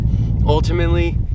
ultimately